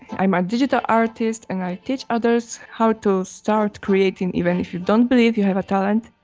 i'm a digital artist and i teach others how to start creating, even if you don't believe you have a talent.